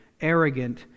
arrogant